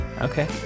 Okay